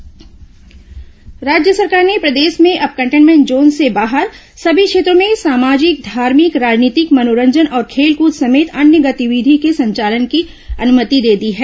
सामाजिक गतिविधि अनु मति राज्य सरकार ने प्रदेश में अब कंटेनमेंट जोन के बाहर सभी क्षेत्रों में सामाजिक धार्मिक राजनीतिक मनोरंजन और खेलकूद समेत अन्य गतिविधियों के संचालन की अनुमति दे दी है